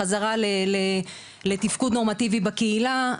חזרה לתפקוד נורמטיבי בקהילה,